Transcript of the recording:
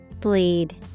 Bleed